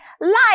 life